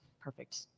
perfect